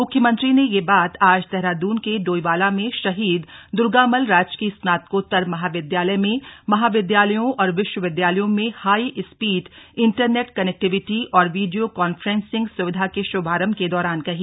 मुख्यमंत्री ने यह बात आज देहरादून के डोईवाला में शहीद दुर्गामल्ल राजकीय स्नाकोत्तर महाविद्यालय में महाविद्यालयों और विश्व विद्यालयों में हाई स्पीड इंटरनेट कनेक्टिविटी और वीडियो कॉन्फ्रेंसिंग सुविधा के श्भारम्भ के दौरान कही